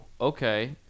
okay